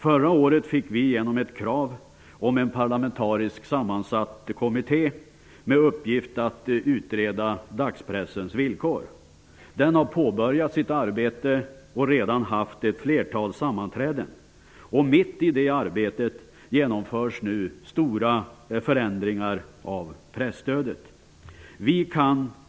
Förra året fick vi igenom ett krav på en parlamentariskt sammansatt kommitté med uppgift att utreda dagspressens villkor. Denna kommitté har påbörjat sitt arbete och redan haft ett flertal sammanträden. Mitt i detta arbete genomförs nu stora förändringar av presstödet.